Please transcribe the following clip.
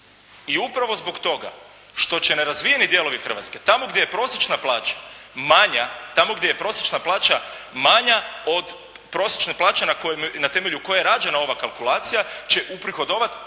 I upravo zbog toga što će nerazvijeni dijelovi Hrvatske tamo gdje je prosječna plaća manja, tamo gdje je prosječna plaća manja od prosječne plaće na kojoj i na temelju koje je rađena ova kalkulacija će uprihodovati